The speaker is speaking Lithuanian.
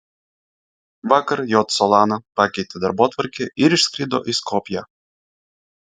vakar j solana pakeitė darbotvarkę ir išskrido į skopję